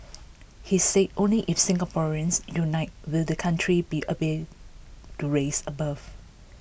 he said only if Singaporeans unite will the country be able to rise above